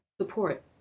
support